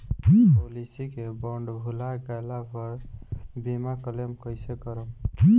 Policy के bond भुला गैला पर बीमा क्लेम कईसे करम?